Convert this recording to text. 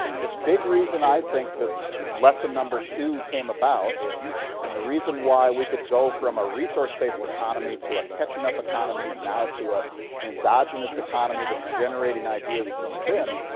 the big reason, i think, that lesson number two came about and the reason why we could go from a resource-based economy to a catching-up economy and now to ah an endogenous economy that's generating ideas from within,